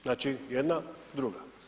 Znači jedna, druga.